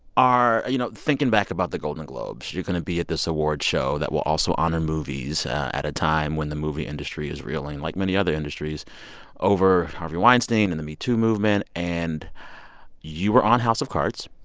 are you know, thinking back about the golden globes, you're going to be at this awards show that will also honor movies at a time when the movie industry is reeling like many other industries over harvey weinstein and the me too movement, and you were on house of cards.